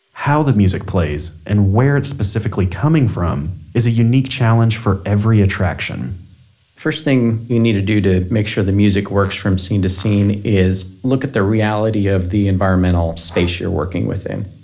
how the music plays and where it's specifically coming from is a unique challenge for every attraction first thing you need to do to make sure the music works from scene to scene is look at the reality of the environmental space you're working within.